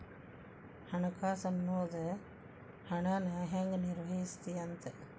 ಹಣಕಾಸು ಅನ್ನೋದ್ ಹಣನ ಹೆಂಗ ನಿರ್ವಹಿಸ್ತಿ ಅಂತ